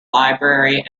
library